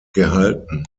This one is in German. gehalten